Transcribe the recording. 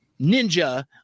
ninja